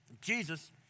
Jesus